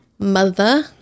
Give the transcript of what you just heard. mother